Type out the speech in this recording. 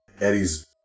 Eddie's